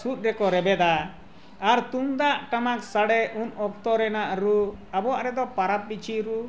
ᱥᱩᱫ ᱨᱮᱠᱚ ᱨᱮᱵᱮᱫᱟ ᱟᱨ ᱛᱩᱢᱫᱟᱜ ᱴᱟᱢᱟᱠ ᱥᱟᱰᱮ ᱩᱱ ᱚᱠᱛᱚ ᱨᱮᱱᱟᱜ ᱨᱩ ᱟᱵᱚᱣᱟᱜ ᱨᱮᱫᱚ ᱯᱚᱨᱚᱵᱽ ᱵᱤᱪᱷᱩ ᱨᱩ